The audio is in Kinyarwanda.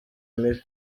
mibi